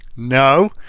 No